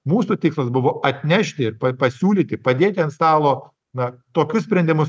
mūsų tikslas buvo atnešti ir pasiūlyti padėti ant stalo na tokius sprendimus